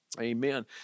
Amen